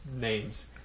names